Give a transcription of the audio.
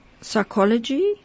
psychology